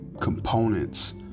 components